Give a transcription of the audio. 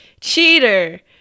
Cheater